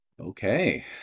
Okay